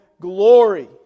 Glory